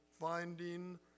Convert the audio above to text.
finding